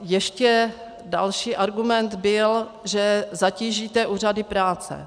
Ještě další argument byl, že zatížíme úřady práce.